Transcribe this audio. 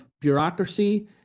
bureaucracy